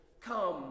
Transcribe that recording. come